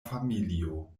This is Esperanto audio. familio